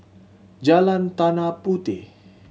Jalan Tanah Puteh